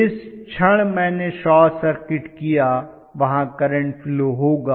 जिस क्षण मैंने शॉर्ट सर्किट किया वहां करंट फ्लो होगा